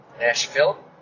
Nashville